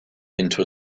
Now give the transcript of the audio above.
into